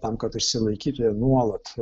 tam kad išsilaikytų jie nuolat